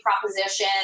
proposition